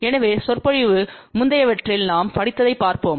எனவே சொற்பொழிவு முந்தையவற்றில் நாம் படித்ததைப் பார்ப்போம்